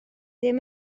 ddim